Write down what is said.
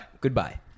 Goodbye